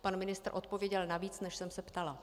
Pan ministr odpověděl na víc, než jsem se ptala.